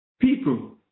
people